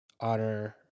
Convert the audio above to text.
honor